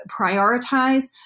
prioritize